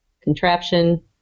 contraption